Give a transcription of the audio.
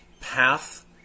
path